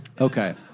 okay